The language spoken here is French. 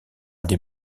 des